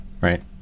right